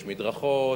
יש מדרכות.